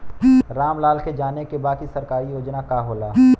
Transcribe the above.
राम लाल के जाने के बा की सरकारी योजना का होला?